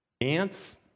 ants